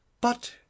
but